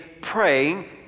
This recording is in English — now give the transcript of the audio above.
praying